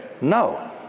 no